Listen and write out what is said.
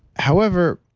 however,